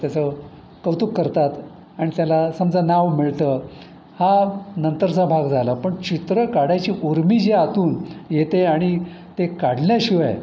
त्याचं कौतुक करतात आणि त्याला समजा नाव मिळतं हा नंतरचा भाग झाला पण चित्र काढायची उर्मी जी आतून येते आणि ते काढल्याशिवाय